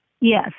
yes